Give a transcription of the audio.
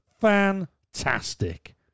fantastic